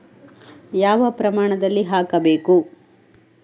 ಯಾವ ಪ್ರಮಾಣದಲ್ಲಿ ಹಾಕಬೇಕು?